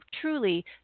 truly